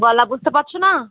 গলা বুঝতে পারছো না